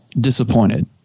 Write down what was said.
disappointed